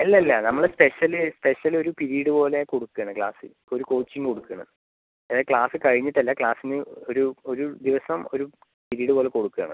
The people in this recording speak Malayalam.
അല്ല അല്ല നമ്മൾ സ്പെഷ്യൽ സ്പെഷ്യൽ ഒരു പീരീഡ് പോലെ കൊടുക്കുകയാണ് ക്ലാസ്സ് ഒരു കോച്ചിംഗ് കൊടുക്കുകയാണ് ക്ലാസ്സ് കഴിഞ്ഞിട്ട് അല്ല ക്ലാസ്സിന് ഒരു ഒരു ദിവസം ഒരു പീരീഡ് പോലെ കൊടുക്കുകയാണ്